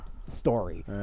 story